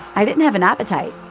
i didn't have an appetite.